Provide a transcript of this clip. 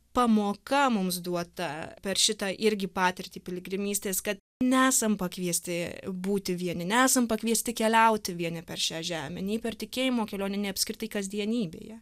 pamoka mums duota per šitą irgi patirtį piligrimystės kad nesam pakviesti būti vieni nesam pakviesti keliauti vieni per šią žemę nei per tikėjimo kelionę nei apskritai kasdienybėje